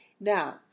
Now